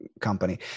company